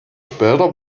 später